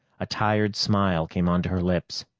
a tired smile came onto her lips.